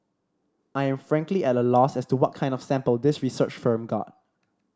I am frankly at a loss as to what kind of sample this research firm got